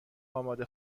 آماده